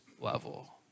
level